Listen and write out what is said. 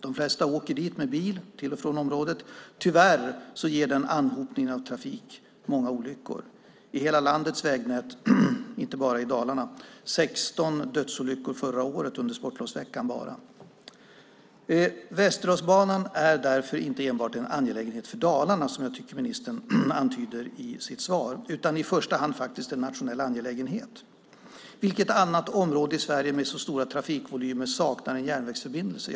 De flesta åker bil till och från området. Tyvärr medför den anhopningen av trafik många olyckor. I hela landets vägnät, inte bara i Dalarna, var det 16 dödsolyckor förra året under sportlovsveckan. Västerdalsbanan är därför inte en angelägenhet bara för Dalarna, vilket jag tycker att ministern antyder i sitt svar. I första hand är det faktiskt en nationell angelägenhet. Vilket annat område i Sverige med så stora trafikvolymer saknar en järnvägsförbindelse?